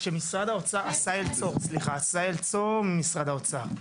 עשהאל צור, ממשרד האוצר.